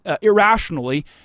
irrationally